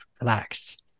Relaxed